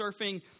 surfing